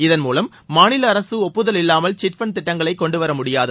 இதன் மூலம் மாநில அரசு ஒப்புதல் இல்லாமல் சிட்பண்ட் திட்டங்களை கொண்டு வர முடியாது